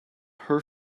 her